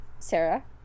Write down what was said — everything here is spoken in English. Sarah